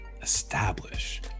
establish